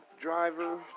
driver